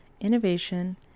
innovation